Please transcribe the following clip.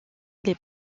les